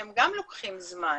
שהם גם לוקחים זמן.